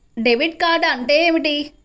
Debit card అంటే ఏమిటి?